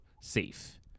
safe